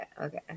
Okay